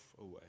away